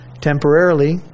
temporarily